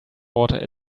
water